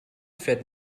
fährt